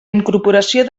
incorporació